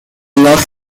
los